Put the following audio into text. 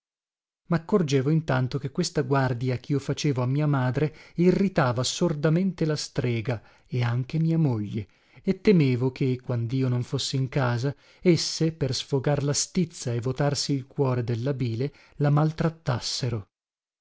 rispetto maccorgevo intanto che questa guardia chio facevo a mia madre irritava sordamente la strega e anche mia moglie e temevo che quandio non fossi in casa esse per sfogar la stizza e votarsi il cuore della bile la maltrattassero